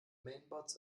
mainboards